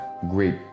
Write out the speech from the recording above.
Great